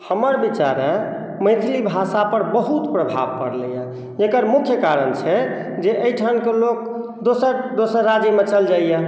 हमर विचारे मैथिली भाषा पर बहुत प्रभाव परलै हँ जेकर मुख्य कारण छै जे एहिठामके लोक दोसर दोसर राज्य मे चल जायैया